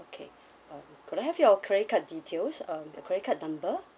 okay um could I have your credit card details um the credit card number